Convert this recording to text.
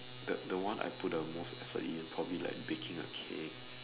the the one I put in most effort in probably like baking a cake